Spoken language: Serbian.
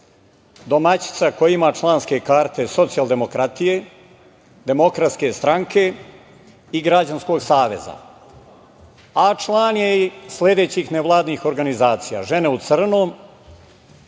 domaćica koja ima članske karte Socijademokratije, Demokratske stranke i Građanskog saveza, a član je i sledećih nevladinih organizacija: Žene u crnom,